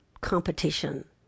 competition